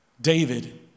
David